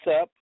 up